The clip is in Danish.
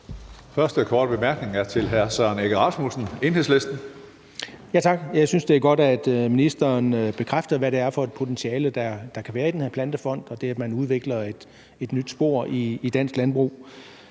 første korte bemærkning er til hr. Søren Egge Rasmussen, Enhedslisten. Kl. 17:22 Søren Egge Rasmussen (EL): Tak. Jeg synes, det er godt, at ministeren bekræfter, hvad det er for et potentiale, der kan være i den her Plantefond og i det, at man udvikler et nyt spor i dansk landbrug.